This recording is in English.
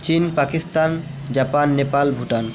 China Pakistan Japan Nepal Bhutan